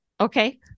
Okay